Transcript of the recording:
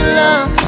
love